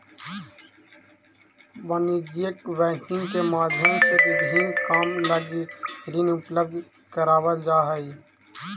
वाणिज्यिक बैंकिंग के माध्यम से विभिन्न काम लगी ऋण उपलब्ध करावल जा हइ